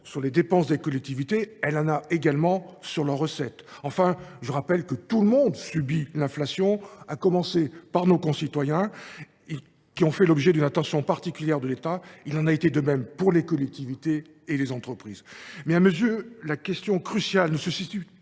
sur les dépenses des collectivités, elle en a également sur leurs recettes… Enfin, je rappelle que tout le monde subit l’inflation, à commencer par nos concitoyens, qui ont fait l’objet d’une attention particulière de l’État ; il en a été de même pour les collectivités et les entreprises. La question cruciale ne se situe